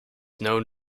known